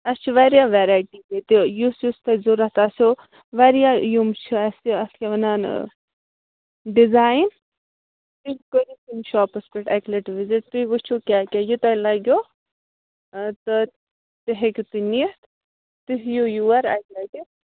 اَسہِ چھ وارِیاہ ویریٹی ییٚتہِ یُس یُس تۄہہِ ضروٗرت آسٮ۪و وارِیاہ یِم چھِ اَسہِ اَتھ کیٛاہ وَنان ڈِزایِن تُہۍ کٔرِو تِم شاپس پٮ۪ٹھ اَکہِ لٹہِ وِزِٹ تُہۍ وُچھِو کیٛاہ کیٛاہ یہِ تۅہہِ لگٮ۪و آ تہٕ تہِ ہیٚکِو تُہۍ نِتھ تُہۍ یِیِو یور اَکہِ لٹہِ